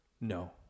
No